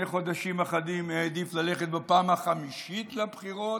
לפני חודשים אחדים הוא העדיף ללכת בפעם החמישית לבחירות,